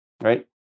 Right